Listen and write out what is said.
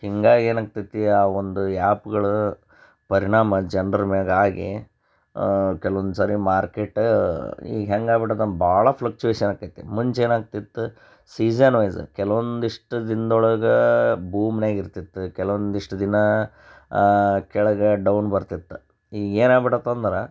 ಹಿಂಗಾಗಿ ಏನಾಗ್ತತಿ ಆ ಒಂದು ಆ್ಯಪ್ಗಳ ಪರಿಣಾಮ ಜನ್ರ ಮೇಲಾಗಿ ಕೆಲ್ವೊಂದು ಸರಿ ಮಾರ್ಕೇಟ್ ಈಗ ಹೆಂಗೆ ಆಗ್ಬಿಟ್ಟದೆ ಭಾಳ ಫ್ಲಕ್ಚುಯೇಷನ್ ಆಕ್ಕೈತಿ ಮುಂಚೇನಾಗ್ತಿತ್ತು ಸೀಸನ್ವೈಸ್ ಕೆಲವೊಂದಿಷ್ಟು ದಿನ್ದೊಳಗೆ ಬೂಮ್ನ್ಯಾಗ ಇರ್ತಿತ್ತು ಕೆಲವೊಂದಿಷ್ಟು ದಿನ ಕೆಳಗೆ ಡೌನ್ ಬರ್ತಿತ್ತು ಈಗೇನು ಆಗ್ಬಿಟ್ಟದ್ ಅಂದ್ರೆ